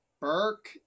Burke